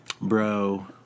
bro